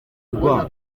rwa